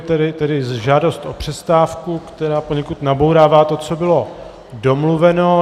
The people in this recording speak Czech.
Je tady žádost o přestávku, která poněkud nabourává to, co bylo domluveno.